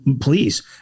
please